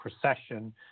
procession